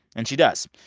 and she does.